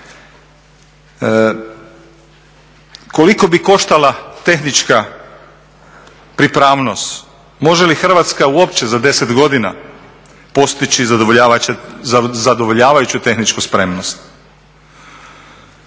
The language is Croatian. Koliko bi koštala tehnička pripravnost, može li Hrvatska uopće za 10 godina postići zadovoljavajuću tehničku spremnost?